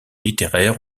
littéraire